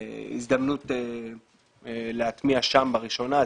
וזאת הזדמנות להטמיע שם לראשונה.